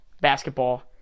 basketball